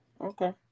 Okay